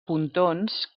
pontons